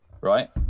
right